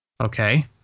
Okay